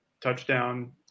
touchdown